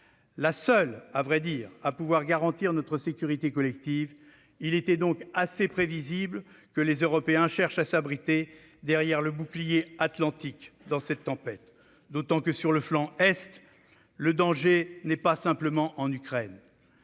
la seule- à vrai dire -à pouvoir garantir notre sécurité collective. Il était donc assez prévisible que les Européens cherchent à s'abriter derrière le bouclier atlantique, dans cette tempête. D'autant que, sur le flanc est, le danger n'est pas simplement en Ukraine.